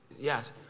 Yes